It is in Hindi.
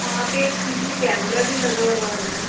वहाँ पर एक सी सी कैमरा भी लगा हुआ है मैम